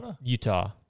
Utah